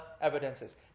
evidences